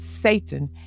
Satan